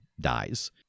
dies